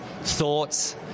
thoughts